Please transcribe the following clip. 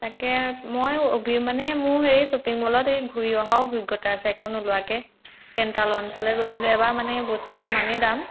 তাকে মই অভি মানে মোৰ এই শ্বপিং মলত এই ঘূৰি অহাও অভিজ্ঞতা আছে একো নোলোৱাকে কেণ্টাল লঞ্চলে গৈছিলোঁ এবাৰ মানে বস্তু ইমানেই দাম